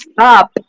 up